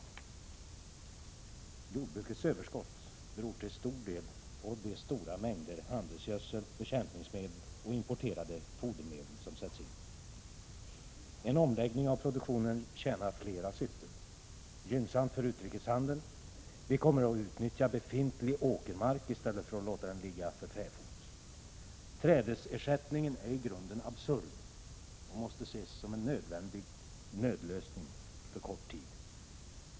Jordbrukets överskott beror till stor del på att stora mängder handelsgödsel, bekämpningsmedel och importerade fodermedel används. En omlägg ning av produktionen tjänar flera syften: det är gynnsamt för utrikeshandeln, och vi kommer att utnyttja befintlig åkermark i stället för att låta den ligga för fäfot. Trädesersättningen är i grunden absurd och måste ses som en nödlösning för kort tid.